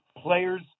players